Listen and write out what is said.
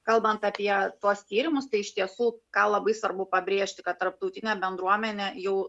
kalbant apie tuos tyrimus tai iš tiesų ką labai svarbu pabrėžti kad tarptautinė bendruomenė jau